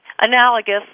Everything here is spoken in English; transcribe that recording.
analogous